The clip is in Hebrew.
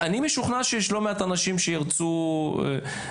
אני משוכנע שיש לא מעט אנשים שירצו לסייע.